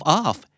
off